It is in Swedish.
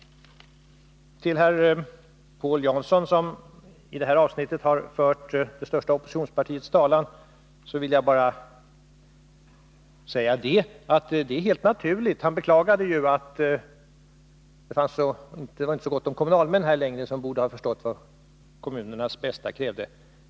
Herr Paul Jansson, som i detta avsnitt fört det största oppositionspartiets talan, beklagade att det i riksdagen inte längre är så gott om kommunalmän; de skulle annars ha förstått vad kommunernas bästa krävde.